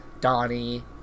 Donnie